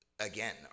Again